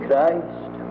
Christ